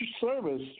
service